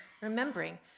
remembering